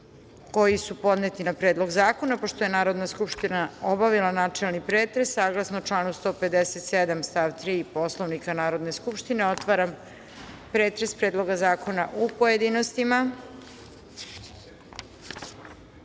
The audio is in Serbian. koji su podneti na Predlog zakona. Pošto je Narodna skupština obavila načeli pretres saglasno članu 157. stav 3. Poslovnika Narodne skupštine. Otvaram pretres Predloga zakona u pojedinostima. Na